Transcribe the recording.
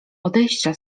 odejścia